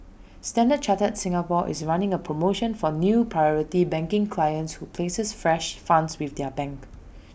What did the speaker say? standard chartered Singapore is running A promotion for new priority banking clients who places fresh funds with the bank